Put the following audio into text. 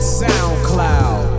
soundcloud